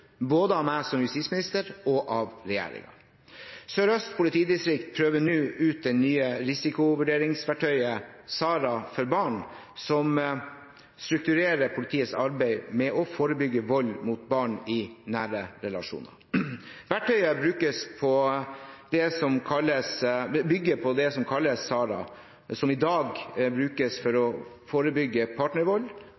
både av meg som justisminister og av regjeringen. Sør-Øst politidistrikt prøver nå ut det nye risikovurderingsverktøyet SARA for barn, som strukturerer politiets arbeid med å forebygge vold mot barn i nære relasjoner. Verktøyet bygger på det som kalles SARA, som i dag brukes for å